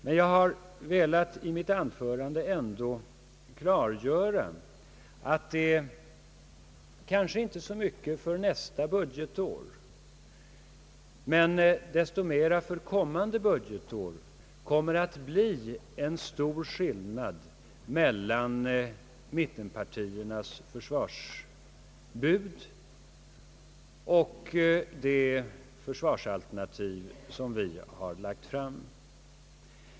Men jag har ändå i mitt anförande velat klargöra att det, framför allt för de följande åren, kommer att bli en stor skillnad mellan mittenpartiernas försvarsbud och det försvarsalternativ som vi lagt fram.